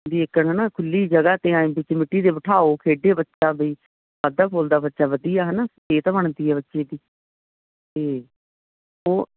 ਵੀ ਇੱਕਣ ਹੈ ਨਾ ਖੁੱਲੀ ਜਗ੍ਹਾ 'ਤੇ ਐਂ ਵਿੱਚ ਮਿੱਟੀ 'ਤੇ ਬਿਠਾਓ ਖੇਡੇ ਬੱਚਾ ਬਈ ਵੱਧਦਾ ਫੁੱਲਦਾ ਬੱਚਾ ਵਧੀਆ ਹੈ ਨਾ ਸਿਹਤ ਤਾਂ ਬਣਦੀ ਹੈ ਬੱਚੇ ਦੀ ਅਤੇ ਉਹ